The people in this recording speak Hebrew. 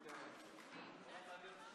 אצלכם.